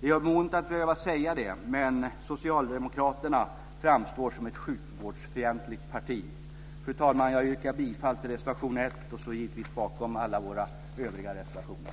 Det gör mig ont att behöva säga det, men Socialdemokraterna framstår som ett sjukvårdsfientligt parti. Fru talman! Jag yrkar bifall till reservation 1 och står givetvis bakom alla våra övriga reservationer.